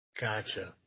Gotcha